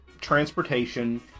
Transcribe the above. transportation